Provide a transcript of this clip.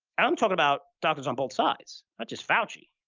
i'm talking about doctors on both sides, not just fauci,